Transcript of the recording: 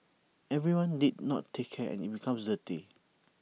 everyone did not take care and IT becomes dirty